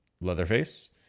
Leatherface